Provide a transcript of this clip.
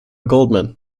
goldman